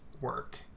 work